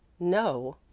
no,